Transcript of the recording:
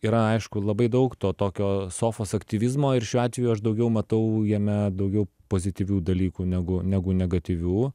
yra aišku labai daug to tokio sofos aktyvizmo ir šiuo atveju aš daugiau matau jame daugiau pozityvių dalykų negu negu negatyvių